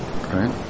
right